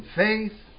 faith